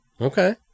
Okay